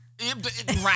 Right